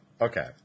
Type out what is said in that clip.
Okay